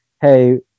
Hey